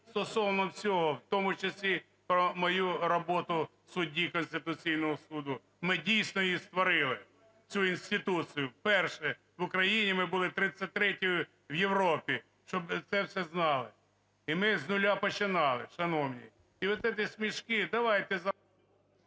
стосовно цього, в тому числі про мою роботу судді Конституційного Суду. Ми, дійсно, її створили, цю інституцію, вперше в Україні ми були 33-ю в Європі. Щоб це всі знали. І ми з нуля починали, шановні. І от ці смішки, давайте…